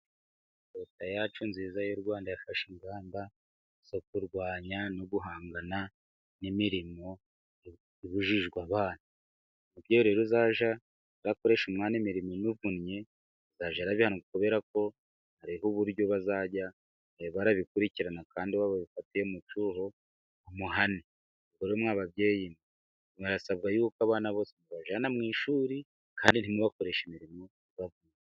Leta yacu nziza y'u rwanda, yafashe ingamba zo kurwanya no guhangana n'imirimo ibujijwe abana, umubyeyi rero uzajya, urakoresha umwanya imirimo, imuvunnye azajya arabihanirwa, kubera ko hari n'uburyo, bazajya barabikurikirana kandi uwo bafatiye mu cyuho bamuhane, ubwo rero mwa babyeyi mwe, murasabwa yuko abana bose, mubajyana mu ishuri kandi ntimubakoreshe imirimo ibavunnye.